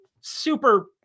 super